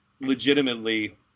legitimately